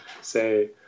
say